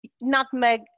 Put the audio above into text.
Nutmeg